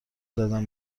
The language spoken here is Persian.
زدن